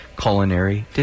Culinary